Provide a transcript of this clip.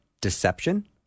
deception